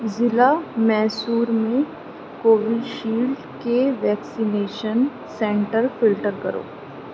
ضلع میسور میں Covishield کے ویکسینیشن سینٹر فلٹر کرو